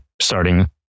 starting